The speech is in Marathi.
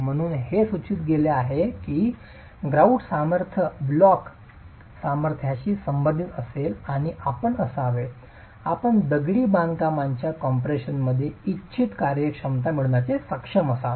म्हणूनच हे सूचित केले गेले आहे की ग्रॉउट सामर्थ्य ब्लॉक सामर्थ्याशी संबंधित असेल आणि आपण असावे आपण दगडी बांधकामाच्या कम्प्रेशनमध्ये इच्छित कार्यक्षमता मिळविण्यास सक्षम असावे